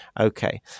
Okay